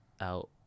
out